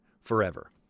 forever